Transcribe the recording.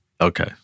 Okay